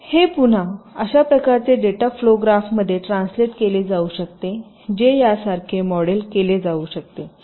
हे पुन्हा अशा प्रकारचे डेटा फ्लो ग्राफ मध्ये ट्रान्सलेट केले जाऊ शकते जे यासारखे मॉडेल केले जाऊ शकते